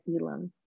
Elam